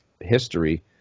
history